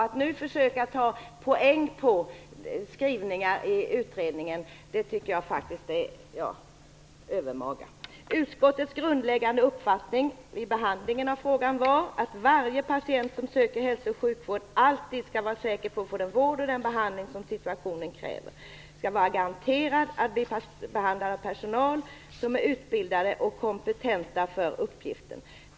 Att nu försöka plocka poäng på skrivningar i utredningen tycker jag faktiskt är övermaga. Utskottets grundläggande uppfattning vid behandlingen av frågan var att varje patient som söker hälsooch sjukvård alltid skall vara säker på att få den vård och den behandling som situationen kräver. Patienten skall vara garanterad att bli behandlad av personal som är utbildad och kompetent för uppgiften.